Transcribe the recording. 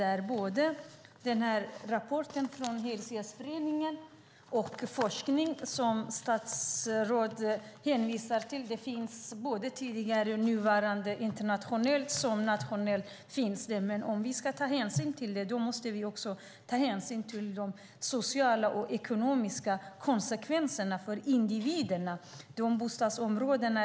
Vi har en rapport från Hyresgästföreningen och den forskning som statsrådet hänvisar till, både internationell och nationell. Om vi ska beakta dessa måste vi ta hänsyn till de sociala och ekonomiska konsekvenserna för individerna i de 15 bostadsområdena.